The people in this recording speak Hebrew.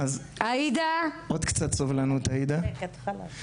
עוד קצת סבלנות עאידה.